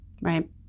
right